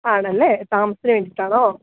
ആണല്ലേ താമസത്തിനു വേണ്ടിയിട്ടാണോ